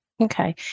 Okay